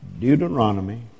Deuteronomy